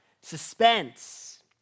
suspense